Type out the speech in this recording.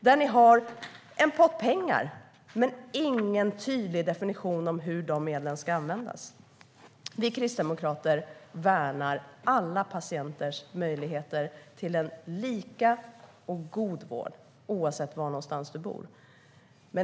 Där har ni en pott pengar men ingen tydlig definition av hur medlen ska användas. Vi kristdemokrater värnar alla patienters möjligheter till en lika och god vård oavsett var någonstans man bor.